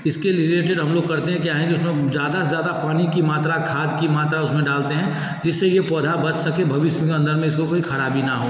इसके लिए रिलेटेड हम लोग करते क्या हैं जिसमे ज़्यादा से ज़्यादा पानी की मात्रा खाद की मात्रा उसमें डालते हैं जिससे ये पौधा बच सके भविष्य में अंदर में इसको कोई खराबी ना हो